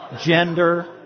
gender